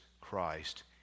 Christ